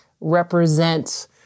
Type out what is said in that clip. represent